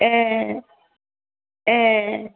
ए ए